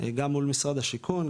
גם מול משרד השיכון,